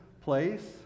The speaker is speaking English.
place